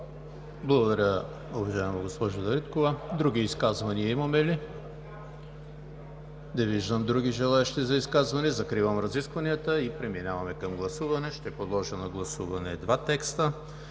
Благодаря, уважаема госпожо Дариткова. Други изказвания има ли? Не виждам други желаещи. Закривам разискванията и преминаваме към гласуване. Ще подложа на гласуване два текста: